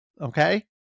okay